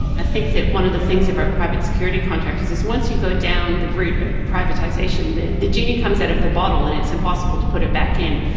i think that one of the things about private security contractors is once you go down the route of privatisation the the genie comes out of the bottle and it's impossible to put it back in,